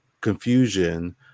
confusion